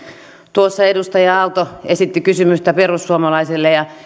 tuossa edustaja aalto esitti kysymyksiä perussuomalaisille ja